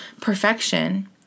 perfection